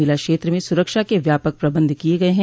मेला क्षेत्र में सुरक्षा के व्यापक प्रबंध किये गये हैं